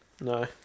No